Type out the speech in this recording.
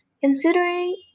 considering